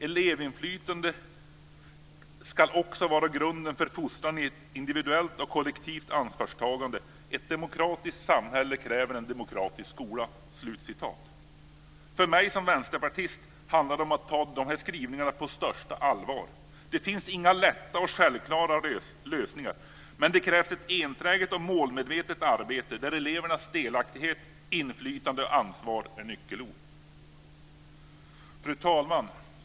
Elevinflytande ska också vara grunden för fostran i ett individuellt och kollektivt ansvarstagande - ett demokratiskt samhälle kräver en demokratisk skola." För mig som vänsterpartist handlar det om att ta de här skrivningarna på största allvar. Det finns inga lätta och självklara lösningar. Men det krävs ett enträget och målmedvetet arbete där elevernas delaktighet, inflytande och ansvar är nyckelord. Fru talman!